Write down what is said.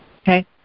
Okay